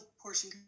portion